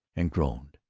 and groaned,